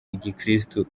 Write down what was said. gikristo